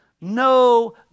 no